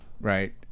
right